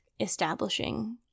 establishing